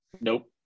nope